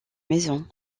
maisons